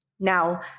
Now